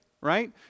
right